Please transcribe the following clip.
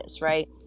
right